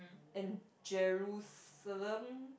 and Jerusalem